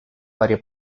varie